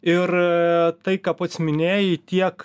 ir tai ką pats minėjai tiek